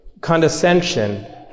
condescension